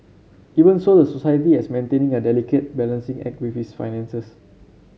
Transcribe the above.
even so the society has maintaining a delicate balancing act with its finances